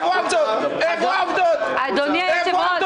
אני מבקש ממך